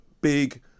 big